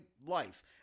life